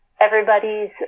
everybody's